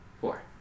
Four